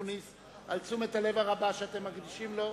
אקוניס על תשומת הלב הרבה שאתם מקדישים לו,